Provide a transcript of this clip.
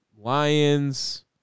lions